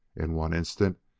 in one instant,